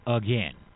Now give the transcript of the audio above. again